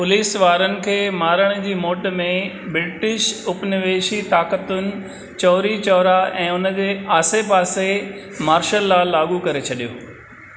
police वारनि खे मारण जी मोट में ब्रिटिश उपनिवेशी ताक़तुनि चौरी चौरा ऐं उन जे आसे पासे मार्शल लॉ लाॻू करे छॾियो